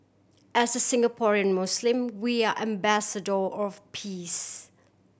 as Singaporean Muslim we are ambassador of peace